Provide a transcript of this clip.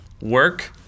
work